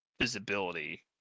visibility